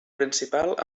principal